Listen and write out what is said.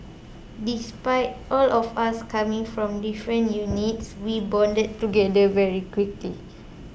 despite all of us coming from different units we bonded together very quickly